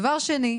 דבר שני,